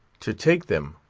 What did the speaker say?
to take them,